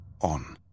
on